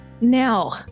Now